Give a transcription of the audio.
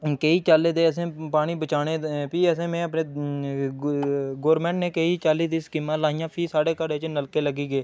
केईं कैह्ले दे असें पानी बचाने भी असें में अपने ग गौरमैंट ने केईं चाल्ली दी स्कीमां लाइयां फ्ही साढ़े घरै च नलके लगी गे